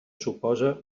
suposa